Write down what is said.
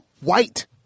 white